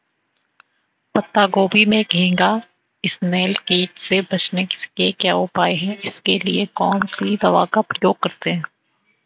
पत्ता गोभी में घैंघा इसनैल कीट से बचने के क्या उपाय हैं इसके लिए कौन सी दवा का प्रयोग करते हैं?